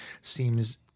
seems –